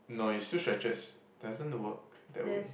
no it still stretches it doesn't work that way